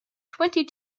twenty